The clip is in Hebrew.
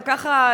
גם ככה,